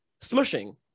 Smushing